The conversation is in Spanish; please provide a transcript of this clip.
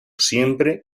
siempre